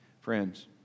Friends